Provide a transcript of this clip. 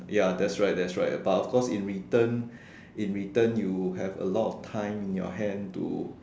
ya that's right that's but of course in return in return you have a lot of time in your hand to